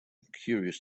curious